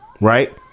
right